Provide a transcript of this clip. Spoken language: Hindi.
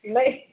नहीं